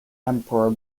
emperor